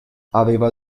aveva